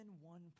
one